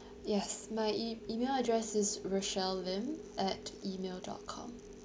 yes my e~ email address is rochelle lim at email dot com